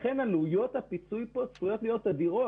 לכן עלויות הפיצויים כאן צפויים להיות אדירים.